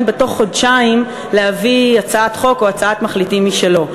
בתוך חודשיים להביא הצעת חוק או הצעת מחליטים משלו.